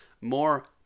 more